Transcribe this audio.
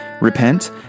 repent